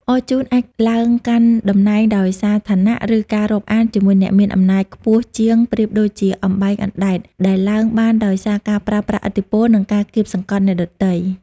អរជូនអាចឡើងកាន់តំណែងដោយសារឋានៈ ឬការរាប់អានជាមួយអ្នកមានអំណាចខ្ពស់ជាងប្រៀបដូចជា "អំបែងអណ្ដែត" ដែលឡើងបានដោយសារការប្រើប្រាស់ឥទ្ធិពល និងការកៀបសង្កត់អ្នកដទៃ។